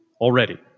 already